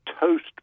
toast